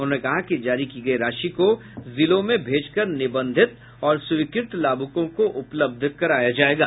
उन्होंने कहा कि जारी की गयी राशि को जिलों में भेज कर निबंधित और स्वीकृत लाभुकों को उपलब्ध करा दिया जायेगा